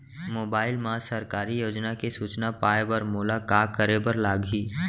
mobile मा सरकारी योजना के सूचना पाए बर मोला का करे बर लागही